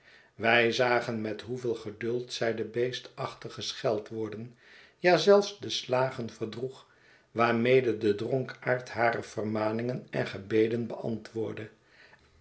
wij zagen met hoeveel geduld zij de beestachtige scheldwoorden ja zelfs de slagen verdroeg waarmede de dronkaard hare vermaningen en gebeden beantwoordde